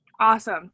Awesome